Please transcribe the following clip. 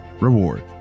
reward